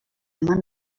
eman